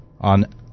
on